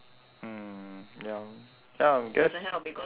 mm ya ya I guess